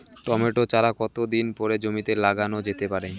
Tomato চারা কতো দিন পরে জমিতে লাগানো যেতে পারে?